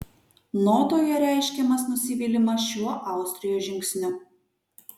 notoje reiškiamas nusivylimas šiuo austrijos žingsniu